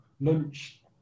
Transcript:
lunch